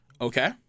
Okay